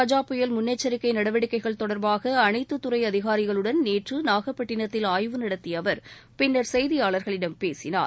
கஜா புயல் முன்னெச்சரிக்கை நடவடிக்கைகள் தொடர்பாக அனைத்து துறை அதிகாரிகளுடன் நேற்று நாகப்பட்டினத்தில் ஆய்வு நடத்திய அவர் பின்னர் செய்தியாளர்களிடம் பேசினார்